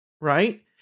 right